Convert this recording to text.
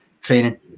training